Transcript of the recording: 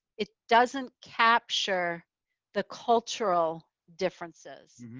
it doesn't capture the cultural differences.